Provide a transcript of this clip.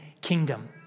kingdom